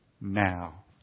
now